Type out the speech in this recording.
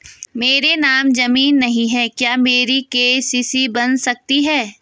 मेरे नाम ज़मीन नहीं है क्या मेरी के.सी.सी बन सकती है?